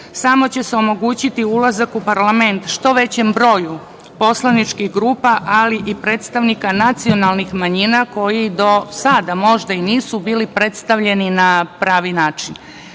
samo će se omogućiti ulazak u parlament što većem broj poslaničkih grupa, ali i predstavnika nacionalnih manjina, koji do sada možda i nisu bili predstavljeni na pravi